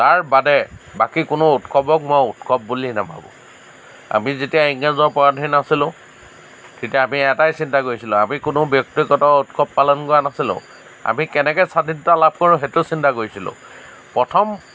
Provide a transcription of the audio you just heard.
তাৰ বাদে বাকী কোনো উৎসৱক মই উৎসৱ বুলি নাভাবোঁ আমি যেতিয়া ইংৰাজৰ পৰাধীন আছিলোঁ তেতিয়া আমি এটাই চিন্তা কৰিছিলোঁ আমি কোনো ব্যক্তিগত উৎসৱ পালন কৰা নাছিলোঁ আমি কেনেকৈ স্ৱাধীনতা লাভ কৰোঁ সেইটো চিন্তা কৰিছিলোঁ প্ৰথম